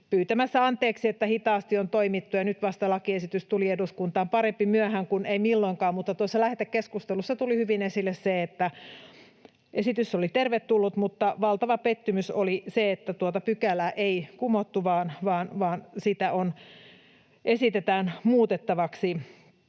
pyytämässä anteeksi, että hitaasti on toimittu, ja vasta nyt lakiesitys tuli eduskuntaan. Parempi myöhään kuin ei milloinkaan, mutta tässä lähetekeskustelussa tuli hyvin esille se, että esitys oli tervetullut, mutta valtava pettymys oli se, että tuota pykälää ei kumottu vaan sitä esitetään muutettavaksi.